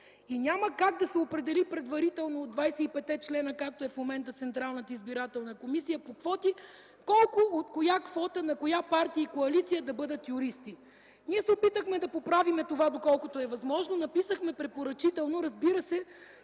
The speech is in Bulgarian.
и няма как да се определи предварително от 25-те члена, както е в момента Централната избирателна комисия, по квоти, колко от коя квота на коя партия и коалиция да бъдат юристи. Ние се опитахме да поправим това, доколкото е възможно, написахме препоръчително, като